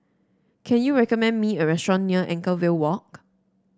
can you recommend me a restaurant near Anchorvale Walk